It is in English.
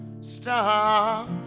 stop